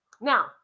Now